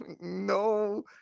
No